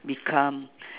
be calm